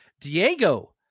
Diego